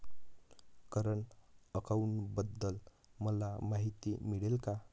Current अकाउंटबद्दल मला माहिती मिळेल का?